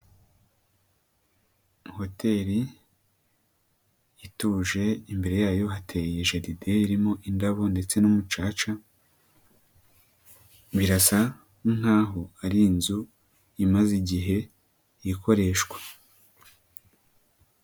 Hoteri ituje, imbere yayo hateye jaride irimo indabo ndetse n'umucaca, birasa nk'aho ari inzu imaze igihe ikoreshwa.